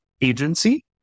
agency